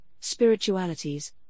spiritualities